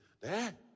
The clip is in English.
Dad